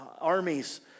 armies